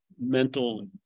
mental